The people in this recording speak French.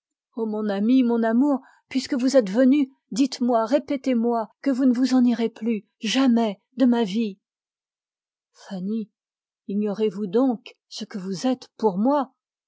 ô mon amour puisque vous êtes venu dites-moi répétez-moi que vous ne vous en irez jamais de ma vie fanny sœur amante épouse tout ce que